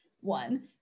One